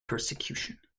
persecution